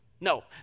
No